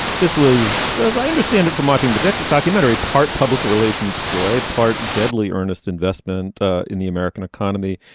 this was as i understand it from watching the documentary part public relations ploy part deadly earnest investment in the american economy.